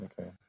Okay